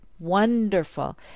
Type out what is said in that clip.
Wonderful